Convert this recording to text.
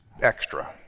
extra